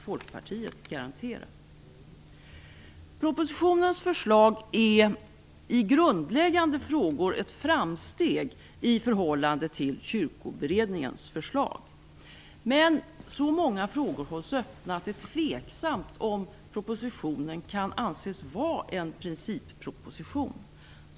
Folkpartiet garantera. Propositionens förslag är i grundläggande frågor ett framsteg i förhållande till Kyrkoberedningens förslag. Men så många frågor hålls öppna att det är tveksamt om propositionen kan anses vara en principproposition.